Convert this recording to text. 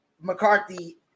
McCarthy